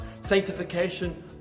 sanctification